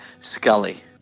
Scully